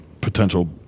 potential